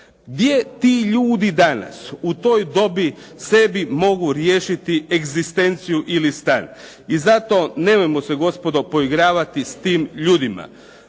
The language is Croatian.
Gdje ti ljudi danas u toj dobi sebi mogu riješiti egzistenciju ili stan? I zato nemojmo se gospodo poigravati s tim ljudima.